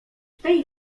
tej